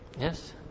Yes